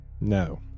no